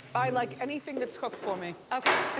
i like anything that's cooked for me. okay,